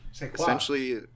essentially